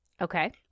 Okay